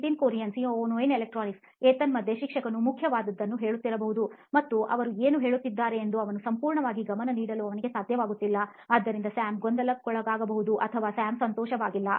Nitin Kurian COO ನೋಯಿನ್ electronics ಏತನ್ಮಧ್ಯೆ ಶಿಕ್ಷಕನು ಮುಖ್ಯವಾದದ್ದನ್ನು ಹೇಳುತ್ತಿರಬಹುದು ಮತ್ತು ಅವರು ಏನು ಹೇಳುತ್ತಿದ್ದಾರೆಂದು ಅವನ ಸಂಪೂರ್ಣ ಗಮನವನ್ನು ನೀಡಲು ಅವನಿಗೆ ಸಾಧ್ಯವಾಗುವುದಿಲ್ಲ ಆದ್ದರಿಂದ ಸ್ಯಾಮ್ ಗೊಂದಲಗೊಳ್ಳಬಹುದು ಅಥವಾ ಸ್ಯಾಮ್ ಸಂತೋಷವಾಗಿಲ್ಲ